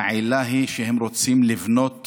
העילה היא שהם רוצים לבנות